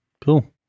Cool